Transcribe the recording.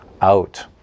out